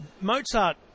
Mozart